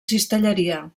cistelleria